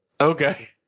Okay